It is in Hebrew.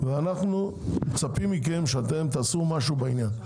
אנחנו מצפים מכם שתעשו משהו בעניין.